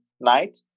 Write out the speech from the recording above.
night